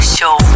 Show